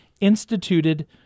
instituted